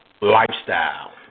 lifestyle